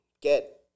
get